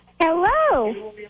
Hello